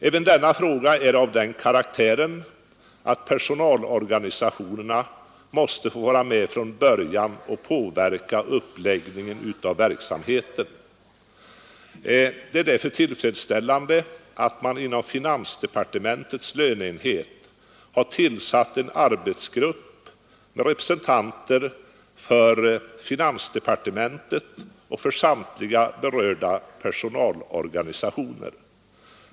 Även denna fråga är av den karaktären att personalorganisationerna måste få vara med från början och påverka uppläggningen av verksamheten. Det är därför tillfredsställande att man inom finansdepartementets löneenhet har tillsatt en arbetsgrupp med representanter för finansdepartementet och för samtliga berörda personalorganisationer.